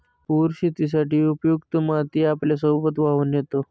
पूर शेतीसाठी उपयुक्त माती आपल्यासोबत वाहून नेतो